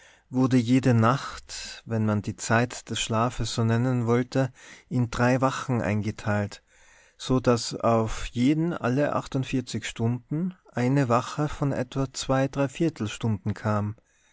wurde jede nacht wenn man die zeit des schlafes so nennen wollte in drei wachen eingeteilt so daß auf jeden alle stunden eine wache von etwa stunden kam